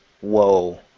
Whoa